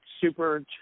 Super